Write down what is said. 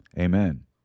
Amen